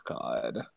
God